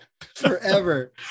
forever